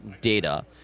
data